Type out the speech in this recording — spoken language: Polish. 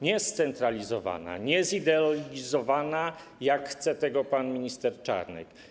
Nie scentralizowana, nie zideologizowana, jak chce tego pan minister Czarnek.